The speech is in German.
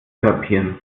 kapieren